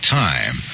time